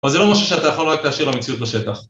אבל זה לא משהו שאתה יכול רק להשאיר למציאות לשטח.